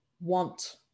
want